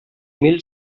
mil